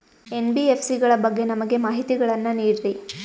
NBFC ಗಳ ಬಗ್ಗೆ ನಮಗೆ ಮಾಹಿತಿಗಳನ್ನ ನೀಡ್ರಿ?